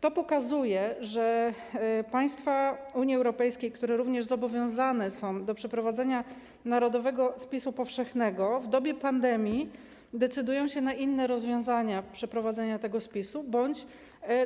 To pokazuje, że państwa Unii Europejskiej, które również zobowiązane są do przeprowadzenia narodowego spisu powszechnego, w dobie pandemii decydują się na inne rozwiązania dotyczące przeprowadzenia tego spisu bądź